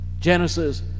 Genesis